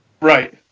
Right